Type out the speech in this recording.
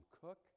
cook